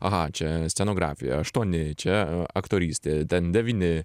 aha čia scenografija aštuoni čia aktorystė ten devyni